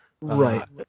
Right